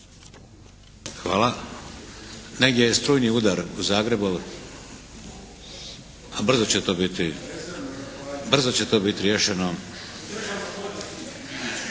Hvala. Negdje je strujni udar u Zagrebu, a brzo će to biti, brzo